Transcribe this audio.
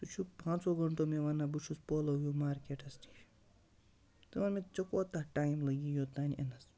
ژٕ چھُکھ پانٛژو گٲنٛٹو مےٚ وَنان بہٕ چھُس پولو وِو مارکیٹَس نِش ژٕ ووٚن مےٚ ژےٚ کوتاہ ٹایِم لَگی یوٚتانۍ یِنَس